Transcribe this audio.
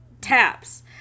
Taps